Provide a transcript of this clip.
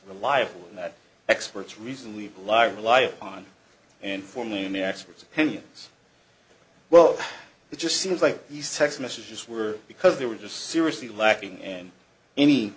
reliable and that experts recently bly rely upon and for moon experts opinions well it just seems like these text messages were because they were just seriously lacking and any